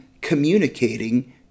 communicating